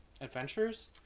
Adventures